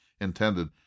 intended